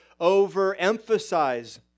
overemphasize